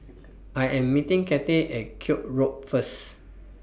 I Am meeting Cathey At Koek Road First